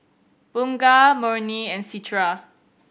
Bunga Murni and Citra